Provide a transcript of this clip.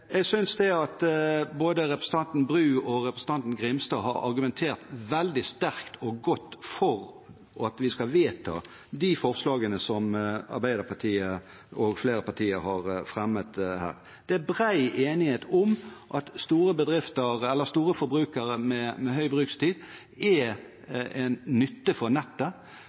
Jeg synes at både representanten Bru og representanten Grimstad har argumentert veldig sterkt og godt for at vi skal vedta de forslagene som Arbeiderpartiet – sammen med flere andre partier – har fremmet her. Det er bred enighet om at store forbrukere med høy brukstid er til nytte for nettet.